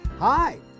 Hi